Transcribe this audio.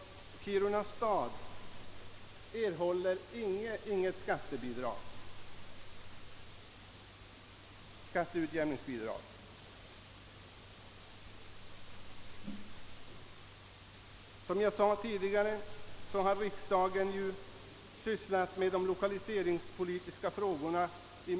Kiruna stad erhåller inget skatteutjämningsbidrag. Som jag sade tidigare har ju riksdagen i mycket stor utsträckning sysslat med de lokaliseringspolitiska frågorna.